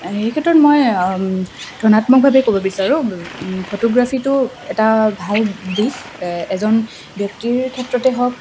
সেই ক্ষেত্ৰত মই ধনাত্মকভাৱে ক'ব বিচাৰোঁ ফটোগ্ৰাফীটো এটা ভাল দিশ এজন ব্যক্তিৰ ক্ষেত্ৰতে হওক